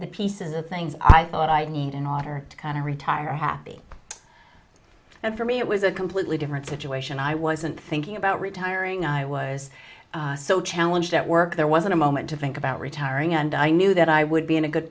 the pieces of things i thought i need an author to kind of retire happy and for me it was a completely different situation i wasn't thinking about retiring i was so challenge that work there wasn't a moment to think about retiring and i knew that i would be in a good